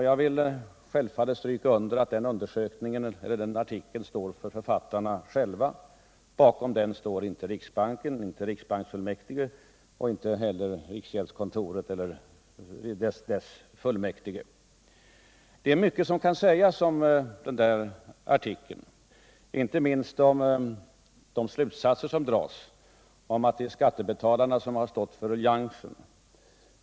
Jag vill självfallet stryka under att den artikeln får stå för författarna själva — bakom den står inte riksbanken, inte riksbanksfullmäktige, inte riksgäldskontoret och inte riksgäldsfullmäktige. Mycket kan sägas om den artikeln, inte minst om de slutsatser som dras att det är skattebetalarna som har fått stå för ruljangsen.